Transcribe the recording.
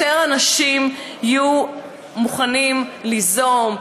יותר אנשים יהיו מוכנים ליזום,